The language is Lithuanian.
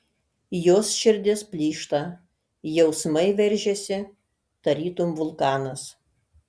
jos širdis plyšta jausmai veržiasi tarytum vulkanas